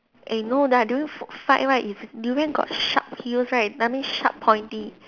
eh no right during food fight right if it's durian got sharp heels right that means sharp pointy